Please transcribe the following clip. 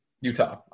Utah